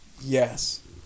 Yes